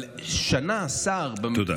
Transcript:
אבל שנה שר תודה.